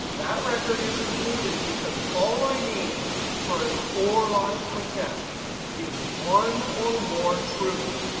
that record is included, because all i need for an or logical test is one or more trues.